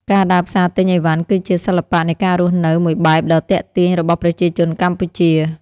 ការដើរផ្សារទិញអីវ៉ាន់គឺជាសិល្បៈនៃការរស់នៅមួយបែបដ៏ទាក់ទាញរបស់ប្រជាជនកម្ពុជា។